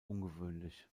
ungewöhnlich